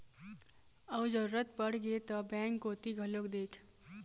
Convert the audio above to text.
अउ जरुरत पड़गे ता बेंक कोती घलोक देख